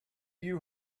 you